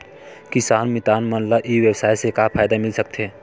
किसान मितान मन ला ई व्यवसाय से का फ़ायदा मिल सकथे?